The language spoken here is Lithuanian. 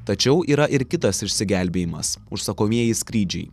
tačiau yra ir kitas išsigelbėjimas užsakomieji skrydžiai